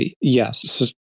Yes